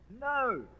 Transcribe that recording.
No